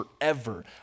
forever